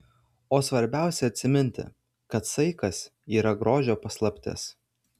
o svarbiausia atsiminti kad saikas yra grožio paslaptis